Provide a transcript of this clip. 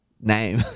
name